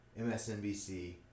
MSNBC